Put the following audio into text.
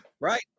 Right